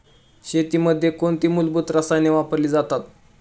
शेतीमध्ये कोणती मूलभूत रसायने वापरली जातात?